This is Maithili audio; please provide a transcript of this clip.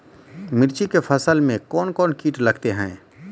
मिर्ची के फसल मे कौन कौन कीट लगते हैं?